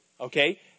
Okay